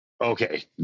Okay